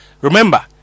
remember